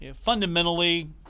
fundamentally